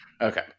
Okay